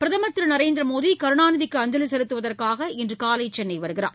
பிரதமர் திரு நரேந்திரமோடி கருணாநிதிக்கு அஞ்சலி செலுத்துவதற்காக இன்று காலை சென்னை வருகிறார்